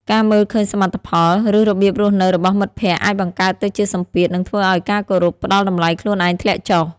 ការមើលឃើញសមិទ្ធផល ឬរបៀបរស់នៅរបស់មិត្តភ័ក្តិអាចបង្កើតទៅជាសម្ពាធ និងធ្វើឱ្យការគោរព ផ្ដល់តម្លៃខ្លួនឯងធ្លាក់ចុះ។